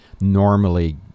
normally